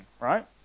right